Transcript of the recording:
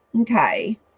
Okay